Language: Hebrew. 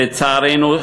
לצערנו,